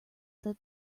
that